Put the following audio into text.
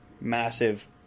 massive